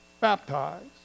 baptized